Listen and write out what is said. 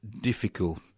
difficult